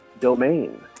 domain